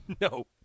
No